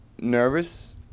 nervous